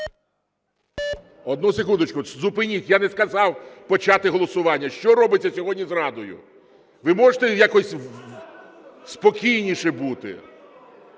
Одну секундочку. Зупиніть, я не сказав почати голосування. Що робиться сьогодні з "Радою"? Ви можете якось спокійніше бути.